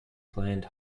planned